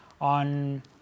on